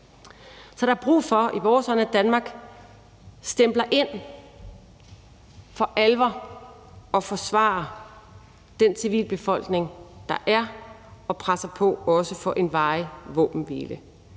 øjne brug for, at Danmark stempler ind for alvor og forsvarer den civilbefolkning, der er, og også presser på for en varig våbenhvile.